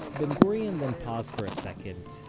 ben gurion then paused for a second,